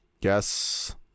Yes